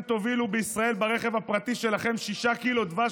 תובילו בישראל ברכב הפרטי שלכם 6 ק"ג דבש,